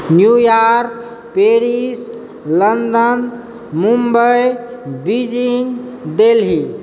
New York Paris London Mumbai Beijing Delhi